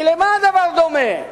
כי למה הדבר דומה?